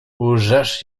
łżesz